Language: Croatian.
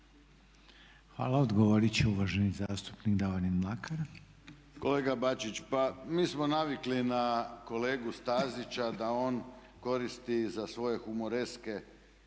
Hvala. Odgovorit će uvaženi zastupnik Davorin Mlakar. **Mlakar, Davorin (HDZ)** Kolega Bačić, pa mi smo navikli na kolegu Stazića da on koristi za svoje humoreske